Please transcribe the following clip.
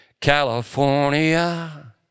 California